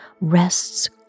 rests